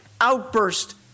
outburst